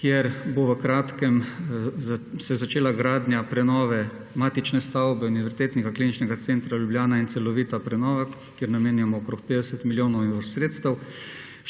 kjer bo v kratkem se začela gradnja prenove matične stavbe Univerzitetnega kliničnega centra Ljubljana in celovita prenova, kjer namenjamo okrog 50 milijonov sredstev,